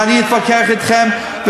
ואני אתווכח אתכם,